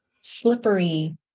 slippery